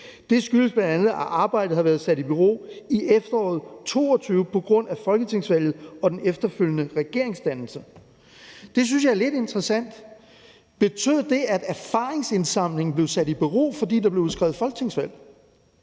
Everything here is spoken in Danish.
Det skyldes bl.a., at arbejdet har været sat i bero i efteråret 2022 på grund af folketingsvalget og den efterfølgende regeringsdannelse«. Det synes jeg er lidt interessant. Betød det, at erfaringsindsamlingen blev sat i bero, fordi der blev udskrevet et folketingsvalg?